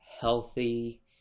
healthy